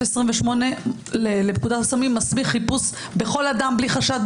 28 לפקודת הסמים מסמיך חיפוש בכל אדם בלי חשד,